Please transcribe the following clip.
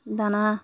দানা